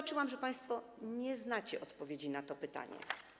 Widzę, że państwo nie znacie odpowiedzi na to pytanie.